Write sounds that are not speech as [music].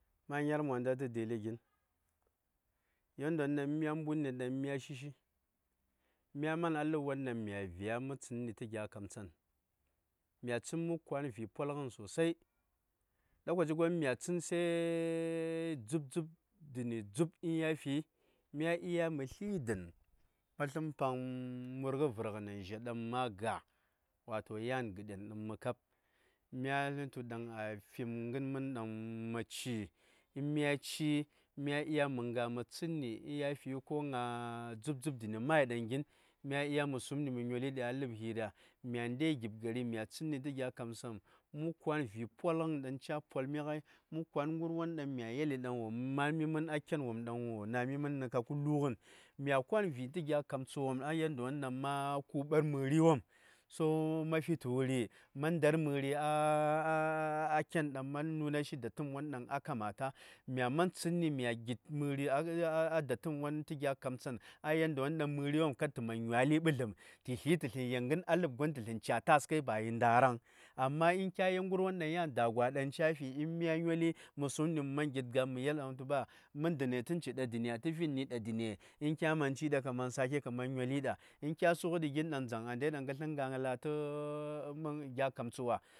Manyar monda tə dəli gin. Yadɗiyo ɗang mya mbudni ɗaŋ mya shi-shi mya man a ləb yodang mya vya mə tsədni tə gya kam tsan. Mya tsən mə kwan vi polgən sosai lokaci gon mya tsən sə [hesitation] dzub-dzub dəni dzub in yafi mya ɗya mə sli dən ma slən pang mərgə vərgənen zha dang ma ga. Wato yan gəden dang mə kab. Mya slə mə tu ɗaŋ a fim gəŋ mən ɗaŋ ma ci, in mya ci:, mya ɗya mə nga mə tsənni ya fi ko ɗaŋ ŋa: dzup-dzup dəni ma:y ɗaŋ gin, mya ɗya mə sumɗi mə nyoli ɗi a ləb hira. Mya ndai gib gari, mya tsənni tə gya kamtsanmə kwa:n vi: polgən ɗaŋ ca: polmi ghai, mə kwa:n gərwon ɗaŋ mya yeli ɗaŋ wo ma:n mən a ken wopm, ɗaŋ wo na̱ mə nə kapkə lu:ghən. Mya kwa:n vi: tə gya kamtsa wopm a yandayoɗaŋ ma: ku:ɓar mə:ri wopm, to ma fi tə wuri? Ma ndar mə:ri a [hesitation] ken, ɗaŋ ma nuna shi datəm won ɗaŋ a kamata. Mya man tsətni, mya zhit mə:ri a datəm won tə gya kamtsan a yandayodaŋ mə:ri wopm kar tə man nyalli ɓəzləm tə sli tə slən yel gən a ləb gwon tə slən ca: ta:s kai, ba yi nda:raŋ. Amma in kya gərwon ɗaŋ yan da̱gwa ɗaŋ ca: fi in ya nyoli, mə sumɗi mə man zhid ga:m mə yelghən, tu ɓa, mən dənetən ci ɗa dənesa tə fi nə ni ɗa dəne? In kya man sli ɗa kə man sake kə nyoli ɗa. In kya sughəɗi gin ɗaŋ dzaŋ a ndai ɗaŋ ka slən nga: ŋa:la tə gya kamtsa wa.